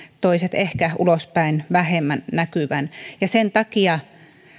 toiset ehkä ulospäin vähemmän näkyvän ja sen takia